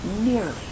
nearly